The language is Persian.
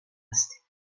هستی